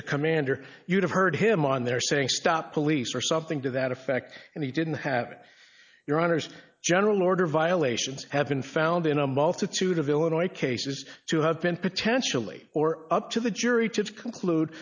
to commander you'd have heard him on there saying stop police or something to that effect and he didn't have your honour's general order violations have been found in a multitude of illinois cases to have been potentially or up to the jury